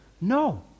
No